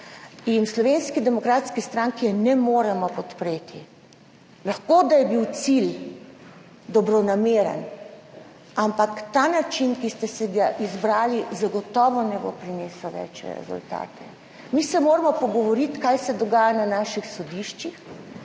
in v Slovenski demokratski stranki je ne moremo podpreti. Lahko da je bil cilj dobronameren, ampak ta način, ki ste si ga izbrali, zagotovo ne bo prinesel večjih rezultatov. Mi se moramo pogovoriti, kaj se dogaja na naših sodiščih,